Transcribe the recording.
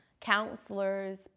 counselors